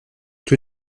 tous